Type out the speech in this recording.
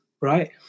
right